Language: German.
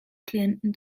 klienten